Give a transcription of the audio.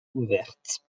ouverte